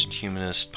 Humanist